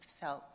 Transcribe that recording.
felt